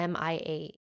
MIA